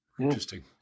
Interesting